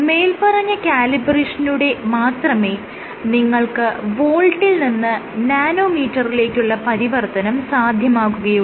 മേല്പറഞ്ഞ കാലിബ്രേഷനിലൂടെ മാത്രമേ നിങ്ങൾക്ക് വോൾട്ടിൽ നിന്ന് നാനോമീറ്ററിലേക്കുള്ള പരിവർത്തനം സാധ്യമാകുകയുള്ളൂ